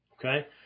okay